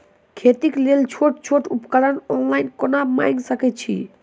खेतीक लेल छोट छोट उपकरण ऑनलाइन कोना मंगा सकैत छी?